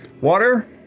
Water